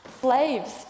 Slaves